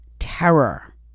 terror